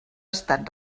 estat